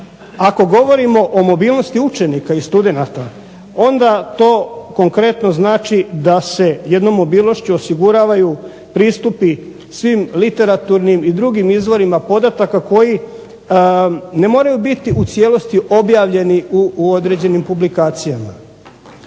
Ako govorimo o mobilnosti učenika i studenata, onda to konkretno znači da se jednom mobilnošću osiguravaju pristupi svim literaturnim i drugim izvorima podataka koji ne moraju biti u cijelosti objavljeni u određenim publikacijama.